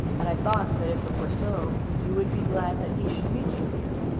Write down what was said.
and i thought that if it were so, you would be glad that he should meet you here.